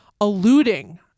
alluding